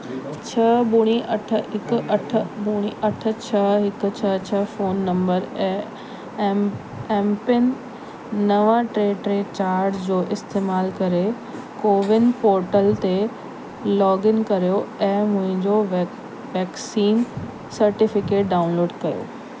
छह ॿुड़ी अठ हिकु अठ ॿुड़ी अठ छह हिकु छह छह फोन नंबर ऐं एम एम पिन नव टे टे चार जो इस्तेमालु करे कोविन पोर्टल ते लॉगइन करियो ऐं मुंहिंजो वै वैक्सीन सर्टिफिकेट डाउनलोड कयो